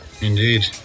indeed